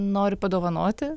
noriu padovanoti